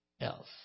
else